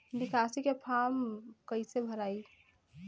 निकासी के फार्म कईसे भराई?